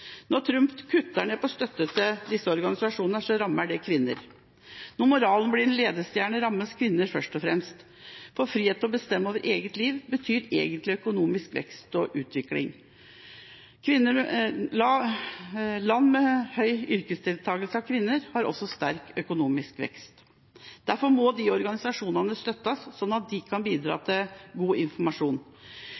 Når Trump kutter ned på støtten til disse organisasjonene, rammer det kvinner. Når moralen blir ledestjerne, rammes kvinner først og fremst, for frihet til å bestemme over eget liv betyr egentlig økonomisk vekst og utvikling. Land med høy yrkesdeltakelse av kvinner har også sterk økonomisk vekst. Derfor må disse organisasjonene støttes, slik at de kan bidra